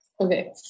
Okay